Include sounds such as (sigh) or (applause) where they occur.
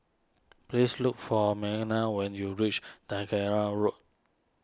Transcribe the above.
please look for Meaghan when you reach (unintelligible) Road